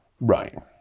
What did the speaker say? right